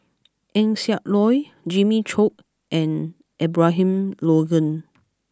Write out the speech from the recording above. Eng Siak Loy Jimmy Chok and Abraham Logan